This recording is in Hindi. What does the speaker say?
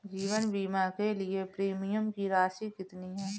जीवन बीमा के लिए प्रीमियम की राशि कितनी है?